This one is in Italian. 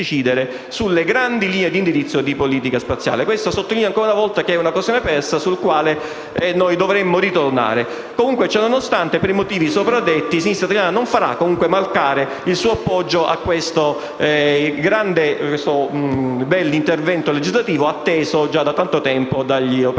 sulle grandi linee di indirizzo di politica spaziale. Sottolineo ancora una volta che si tratta di un'occasione persa, sulla quale dovremo ritornare. Ciononostante, per i motivi sopra detti, Sinistra Italiana non farà comunque mancare il suo appoggio a questo bell'intervento legislativo, atteso già da tanto tempo dagli operatori